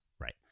Right